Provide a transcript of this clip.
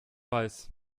weiß